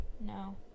No